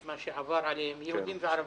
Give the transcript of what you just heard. את מה שעבר עליהם, יהודים וערבים.